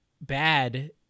bad